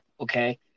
Okay